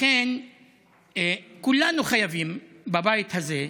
לכן כולנו בבית הזה חייבים,